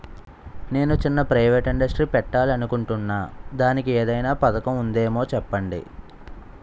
నేను చిన్న private industry పెట్టాలి అనుకుంటున్నా దానికి ఏదైనా పథకం ఉందేమో చెప్పండి?